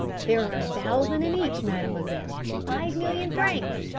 there are a thousand in each, mademoiselle. five million francs.